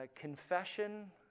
confession